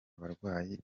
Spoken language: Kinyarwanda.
abarwayi